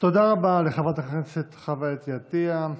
תודה רבה לחברת הכנסת חוה אתי עטייה,